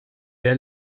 der